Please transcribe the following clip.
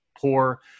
poor